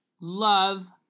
love